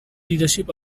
leadership